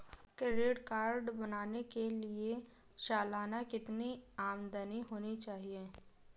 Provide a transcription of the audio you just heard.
Credit card बनाने के लिए सालाना कितनी आमदनी होनी चाहिए?